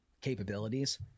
capabilities